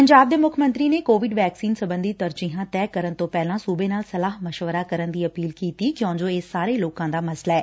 ਪੰਜਾਬ ਦੇ ਮੁੱਖ ਮੰਤਰੀ ਨੇ ਕੋਵਿਡ ਵੈਕਸੀਨ ਸਬੰਧੀ ਤਰਜੀਹਾਂ ਤੈਅ ਕਰਨ ਤੋਂ ਪਹਿਲਾਂ ਸੁਬੇ ਨਾਲ ਸਲਾਹ ਮਸ਼ਵਰਾ ਕਰਨ ਦੀ ਅਪੀਲ ਕੀਤੀ ਕਿਉਂ ਜੋ ਇਹ ਸਾਰੇ ਲੋਕਾਂ ਦਾ ਮਸਲਾ ਐ